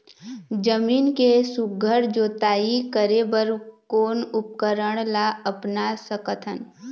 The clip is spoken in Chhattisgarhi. जमीन के सुघ्घर जोताई करे बर कोन उपकरण ला अपना सकथन?